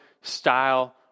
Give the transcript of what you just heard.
style